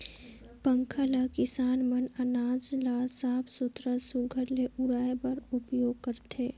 पंखा ल किसान मन अनाज ल साफ सुथरा सुग्घर ले उड़वाए बर उपियोग करथे